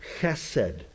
chesed